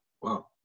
Wow